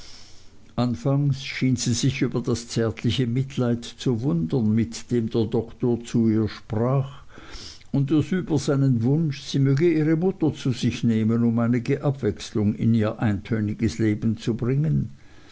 anfangs schien sie sich über das zärtliche mitleid zu wundern mit dem der doktor zu ihr sprach und über seinen wunsch sie möge ihre mutter zu sich nehmen um einige abwechslung in ihr eintöniges leben zu bringen